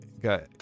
got